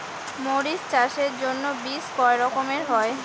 মরিচ চাষের জন্য বীজ কয় রকমের হয়?